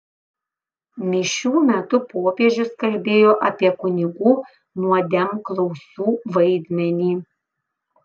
mišių metu popiežius kalbėjo apie kunigų nuodėmklausių vaidmenį